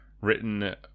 written